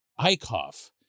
Eichhoff